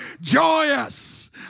joyous